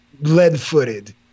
lead-footed